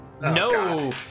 no